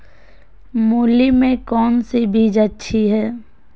मूली में कौन सी बीज अच्छी है?